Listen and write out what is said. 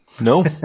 no